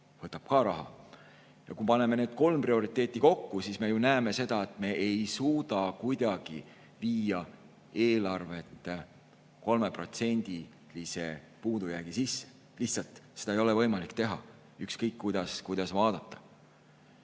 võtab ka raha. Kui paneme need kolm prioriteeti kokku, siis me näeme seda, et me ei suuda kuidagi viia eelarvet 3%-lise puudujäägi sisse. Seda lihtsalt ei ole võimalik teha, ükskõik kuidas vaadata.